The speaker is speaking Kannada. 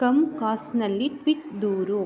ಕಮ್ಕಾಸ್ಟ್ನಲ್ಲಿ ಟ್ವೀಟ್ ದೂರು